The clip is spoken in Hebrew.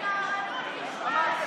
זו טהרנות לשמה,